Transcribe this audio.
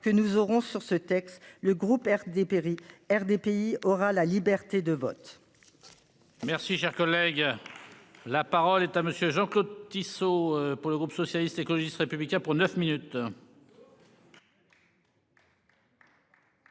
que nous aurons sur ce texte. Le groupe Air dépérit RDPI aura la liberté de vote. Merci cher collègue. La parole est à monsieur Jean-Claude Tissot pour le groupe socialiste, écologiste républicains pour 9 minutes.